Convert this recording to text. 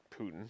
Putin